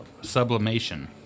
sublimation